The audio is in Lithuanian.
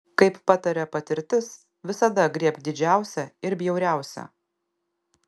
kaip pataria patirtis visada griebk didžiausią ir bjauriausią